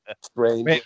Strange